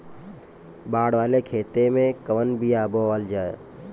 बाड़ वाले खेते मे कवन बिया बोआल जा?